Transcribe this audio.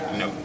no